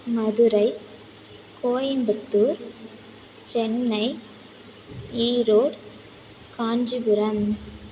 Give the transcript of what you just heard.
Madurai Coimbatore Chennai Erode Kanchipuram